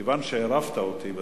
כיוון שעירבת אותי בדיון,